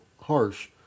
harsh